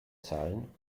zahlen